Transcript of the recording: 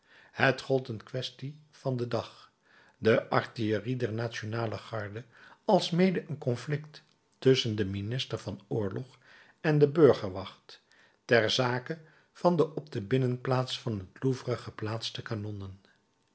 het gold een kwestie van den dag de artillerie der nationale garde alsmede een conflict tusschen den minister van oorlog en de burgerwacht ter zake van de op de binnenplaats van het louvre geplaatste kanonnen